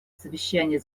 совещания